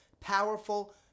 powerful